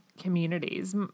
communities